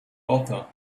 author